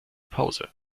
pause